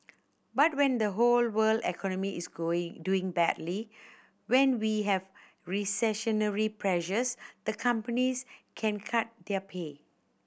but when the whole world economy is going doing badly when we have recessionary pressures the companies can cut their pay